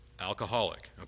alcoholic